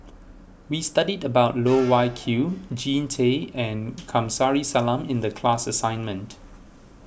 we studied about Loh Wai Kiew Jean Tay and Kamsari Salam in the class assignment